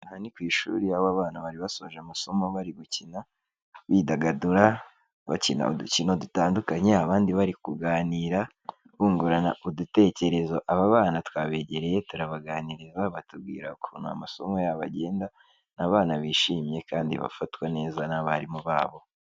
Aha ni ku ishuri aho aba abana bari basoje amasomo bari gukina bidagadura bakina udukino dutandukanye, abandi bari kuganira bungurana udutekerezo, aba bana twabegereye turabaganiriza batubwira ukuntu amasomo yabo agenda ni abana bishimye kandi bafatwa neza n'abarimu babo.